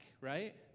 Right